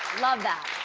love that,